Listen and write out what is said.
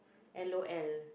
L_O_L